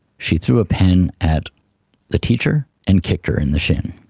she threw a pen at the teacher and kicked her in the shin,